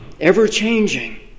ever-changing